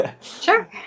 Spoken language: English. Sure